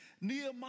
Nehemiah